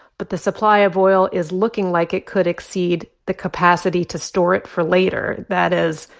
but the supply of oil is looking like it could exceed the capacity to store it for later. that is,